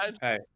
hey